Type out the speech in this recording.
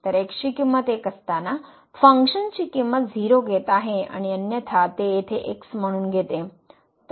तर x ची किंमत १ असताना फंक्शनची किंमत 0 घेत आहे आणि अन्यथा ते येथे x म्हणून घेते